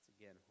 again